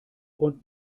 und